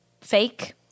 fake